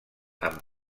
amb